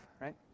right